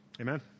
amen